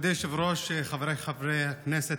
מכובדי היושב-ראש, חבריי חברי הכנסת,